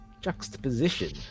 juxtaposition